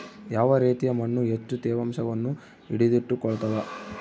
ಯಾವ ರೇತಿಯ ಮಣ್ಣು ಹೆಚ್ಚು ತೇವಾಂಶವನ್ನು ಹಿಡಿದಿಟ್ಟುಕೊಳ್ತದ?